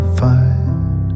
find